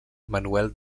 manuel